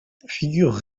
figure